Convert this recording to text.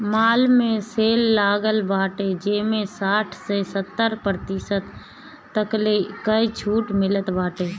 माल में सेल लागल बाटे जेमें साठ से सत्तर प्रतिशत तकले कअ छुट मिलत बाटे